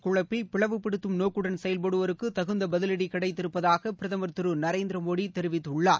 குழப்பி பிளவுப்படுத்தும் நோக்குடன் செயல்படுவோருக்கு தகுந்த பதிவடி மக்களை கிடைத்திருப்பதாக பிரதமர் திரு நரேந்திர மோடி தெரிவித்துள்ளார்